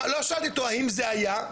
לא שאלתי אותו האם זה היה,